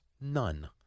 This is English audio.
None